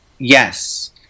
yes